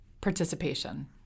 participation